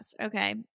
Okay